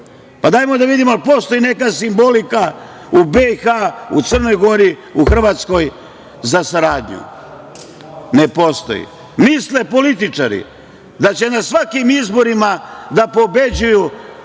da vidimo da li postoji neka simbolika u BiH, u Crnoj Gori, u Hrvatskoj, za saradnju. Ne postoji. Misle političari da će na svakim izborima da pobeđuju,